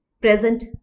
present